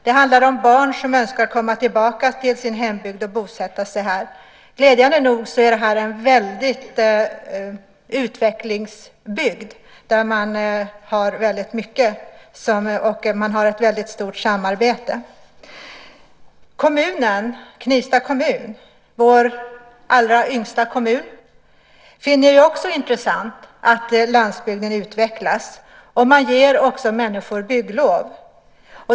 Det handlar om barn som önskar komma tillbaka till sin hembygd och bosätta sig här. Glädjande nog är det här en väldig utvecklingsbygd där det finns mycket samarbete. Knivsta kommun, vår allra yngsta kommun, finner det också intressant att landsbygden utvecklas. Man ger också människor bygglov.